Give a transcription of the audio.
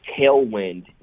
tailwind